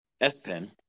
S-pen